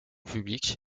public